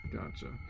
Gotcha